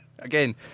Again